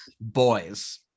Boys